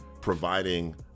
providing